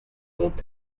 ont